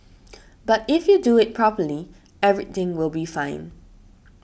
but if you do it properly everything will be fine